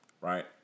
right